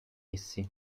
essi